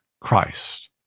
Christ